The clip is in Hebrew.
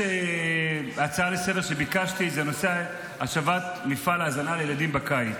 ההצעה לסדר-היום שביקשתי היא בנושא השבת מפעל ההזנה לילדים בקיץ.